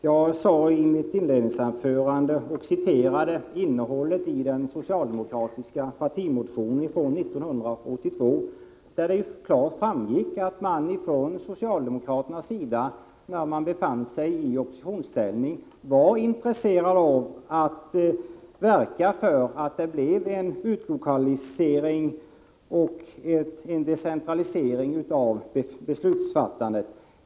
Jag citerade i mitt inledningsanförande ur innehållet i den socialdemokratiska partimotionen från 1982, av vilken det klart framgick att man från socialdemokraternas sida, när man befann sig i oppositionsställning, var intresserad av att verka för en utlokalisering och en decentralisering av beslutsfattandet.